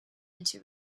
into